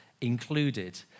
included